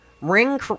Ring